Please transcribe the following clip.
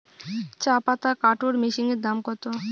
চাপাতা কাটর মেশিনের দাম কত?